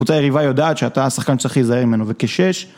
קבוצה יריבה יודעת שאתה השחקן שצריך להיזהר ממנו וכשש